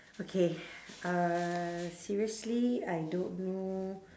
okay uh seriously I don't know